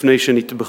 לפני שנטבחו.